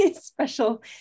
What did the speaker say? special